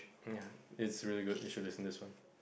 ya it's really good you should listen to this one